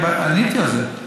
עניתי על זה.